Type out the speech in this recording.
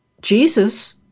Jesus